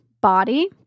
body